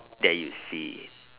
that you see